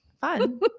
Fun